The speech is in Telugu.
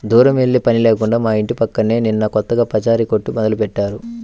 దూరం వెళ్ళే పని లేకుండా మా ఇంటి పక్కనే నిన్న కొత్తగా పచారీ కొట్టు మొదలుబెట్టారు